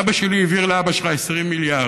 אבא שלי העביר לאבא שלך 20 מיליארד.